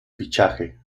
fichaje